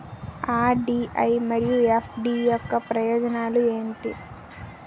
RD మరియు FD యొక్క ప్రయోజనాలు ఏంటి?